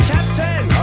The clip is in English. Captain